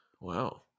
Wow